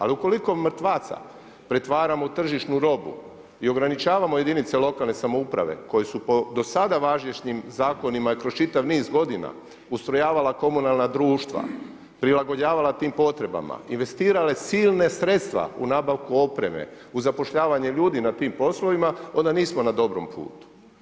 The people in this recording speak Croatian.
A ukoliko mrtvaca pretvaramo u tržišnu robu i ograničavamo jedinice lokalne samouprave, obje su po dosadašnjim zakonima i po čitav niz godina ustrojavala komunalna društva, prilagođavala tim potrebama, investirale silna sredstva u nabavku opreme, u zapošljavanju ljudi na tim poslovima, onda nismo na dobrom putu.